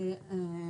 רגע.